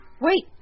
Wait